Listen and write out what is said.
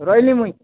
ରହିଲି ମୁଇଁ